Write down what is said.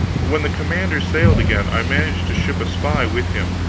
when the commander sailed again i managed to ship a spy with him.